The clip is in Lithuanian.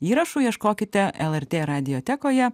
įrašų ieškokite lrt radiotekoje